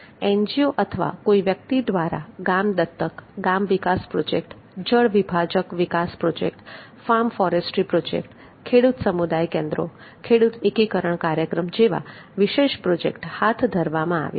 NGO અથવા કોઈ વ્યક્તિ દ્વારા ગામ દત્તક ગામ વિકાસ પ્રોજેક્ટ જળ વિભાજક વિકાસ પ્રોજેક્ટ ફાર્મ ફોરેસ્ટ્રી પ્રોજેક્ટ ખેડૂત સમુદાય કેન્દ્રો ખેડૂત એકીકરણ કાર્યક્રમ જેવા વિશેષ પ્રોજેક્ટ હાથ ધરવામાં આવે છે